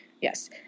Yes